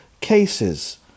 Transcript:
cases